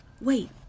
Wait